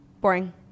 Boring